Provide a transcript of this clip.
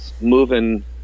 moving